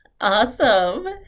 Awesome